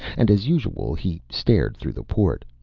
and as usual he stared through the port.